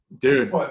Dude